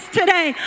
today